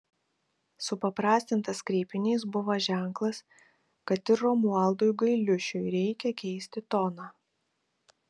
supaprastintas kreipinys buvo ženklas kad ir romualdui gailiušiui reikia keisti toną